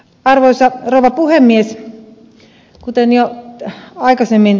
arvoisa rouva puhemies